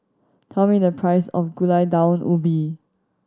tell me the price of Gulai Daun Ubi